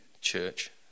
church